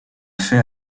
fait